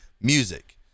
music